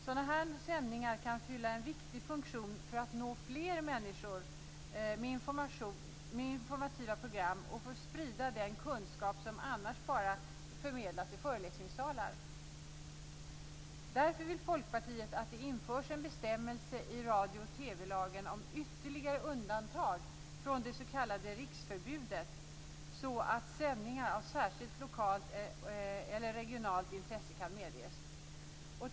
Sådana här sändningar kan fylla en viktig funktion för att nå fler människor med informativa program och för att sprida den kunskap som annars bara förmedlas i föreläsningssalar. Därför vill Folkpartiet att det införs en bestämmelse i radio och TV-lagen om ytterligare undantag från det s.k. riksförbudet så att sändningar av särskilt lokalt eller regionalt intresse kan medges.